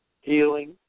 healing